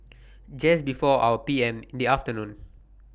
Just before four P M in The afternoon